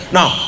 Now